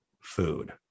food